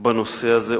בנושא הזה,